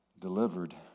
delivered